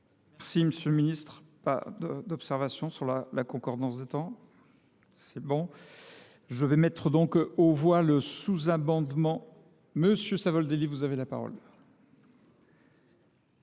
Merci Monsieur le Ministre. Pas d'observation sur la concordance des temps. C'est bon. Je vais mettre donc au voie le sous-amendement. Monsieur Savoldelli, vous avez la parole.